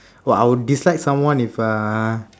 !wah! I would dislike someone if uh